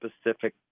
specific